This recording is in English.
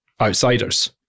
outsiders